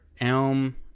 Elm